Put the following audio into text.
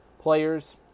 players